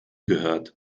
gehört